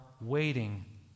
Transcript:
waiting